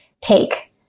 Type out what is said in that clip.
take